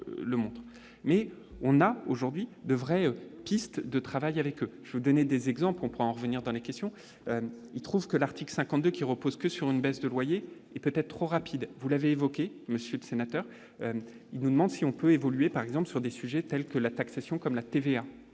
mais on a aujourd'hui devrait pistes de travail avec eux, je veux donner des exemples comprend revenir dans les questions, il trouve que l'article 52 qui repose que sur une baisse de loyer et peut-être trop rapide, vous l'avez évoqué monsieur de sénateur, il nous demande si on peut évoluer, par exemple, sur des sujets tels que la taxation comme la TVA,